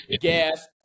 gas